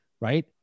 right